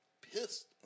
pissed